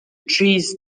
trees